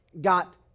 got